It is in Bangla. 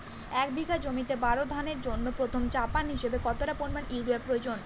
এক বিঘা জমিতে বোরো ধানের জন্য প্রথম চাপান হিসাবে কতটা পরিমাণ ইউরিয়া প্রয়োজন?